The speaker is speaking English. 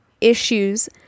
issues